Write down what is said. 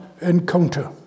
encounter